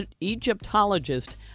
Egyptologist